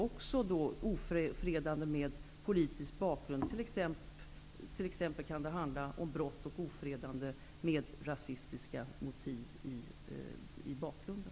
Det gäller även ofredande av personer med politisk bakgrund, t.ex. brott och ofredande med rasistiska motiv i bakgrunden.